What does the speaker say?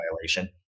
violation